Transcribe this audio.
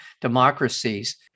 democracies